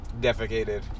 defecated